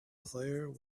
player